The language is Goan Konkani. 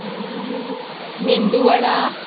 आन मेंदु वडा